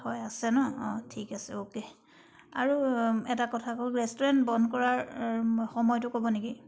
হয় আছে ন অঁ ঠিক আছে অ'কে আৰু এটা কথা কওঁ ৰেষ্টুৰেণ্ট বন্ধ কৰাৰ সময়টো ক'ব নেকি